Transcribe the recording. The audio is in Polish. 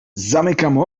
zamykam